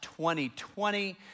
2020